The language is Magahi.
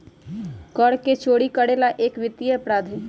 कर के चोरी करे ला एक वित्तीय अपराध हई